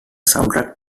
soundtrack